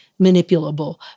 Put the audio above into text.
manipulable